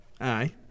Aye